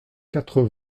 quatre